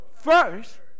first